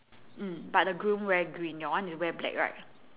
mm but the groom wear green your one is wear black right